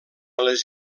les